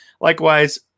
Likewise